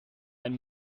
ein